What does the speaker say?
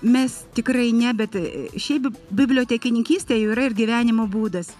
mes tikrai ne bet šiaip bibliotekininkystė yra ir gyvenimo būdas